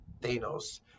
Thanos